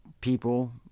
people